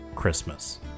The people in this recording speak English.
Christmas